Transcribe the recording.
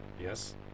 Yes